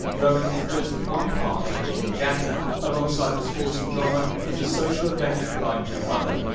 rowing is just one part of this regatta. alongside the sporting drama is a social event like no other.